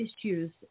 issues